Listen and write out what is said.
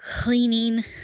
cleaning